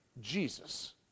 Jesus